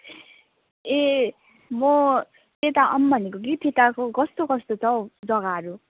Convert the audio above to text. ए म त्यता आऊँ भनेको कि त्यताको कस्तो कस्तो छ हौ जग्गाहरू